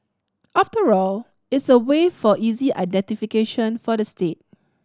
after all it's a way for easy identification for the state